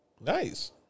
Nice